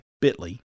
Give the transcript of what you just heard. bit.ly